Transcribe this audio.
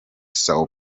são